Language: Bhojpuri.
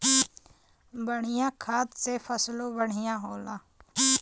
बढ़िया खाद से फसलों बढ़िया होला